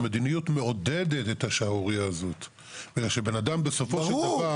המדיניות מעודדת את השערורייה הזאת כי בן אדם בסופו של דבר